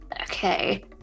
Okay